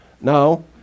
No